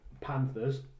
Panthers